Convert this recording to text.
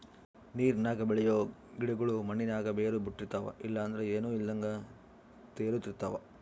ನೀರಿನಾಗ ಬೆಳಿಯೋ ಗಿಡುಗುಳು ಮಣ್ಣಿನಾಗ ಬೇರು ಬುಟ್ಟಿರ್ತವ ಇಲ್ಲಂದ್ರ ಏನೂ ಇಲ್ದಂಗ ತೇಲುತಿರ್ತವ